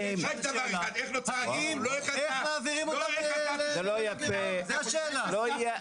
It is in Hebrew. איך מעבירים אותם ללא גירעון, זו השאלה.